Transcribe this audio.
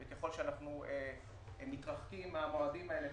וככל שאנחנו מתרחקים מהמועדים האלה,